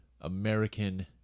American